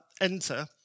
enter